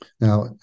Now